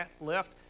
left